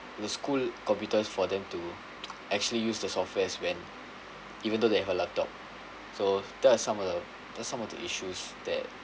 the school computers for them to actually use the softwares when even though they have a laptop so that are some of the that are some of the issues that